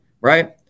right